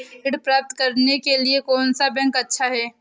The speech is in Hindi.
ऋण प्राप्त करने के लिए कौन सा बैंक अच्छा है?